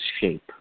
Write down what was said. shape